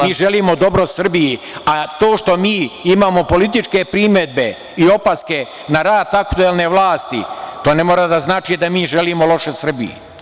Mi želimo dobro Srbiji, a to što mi imamo političke primedbe i opaske na rat aktuelne vlasti, to ne mora da znači da mi želimo loše Srbiji.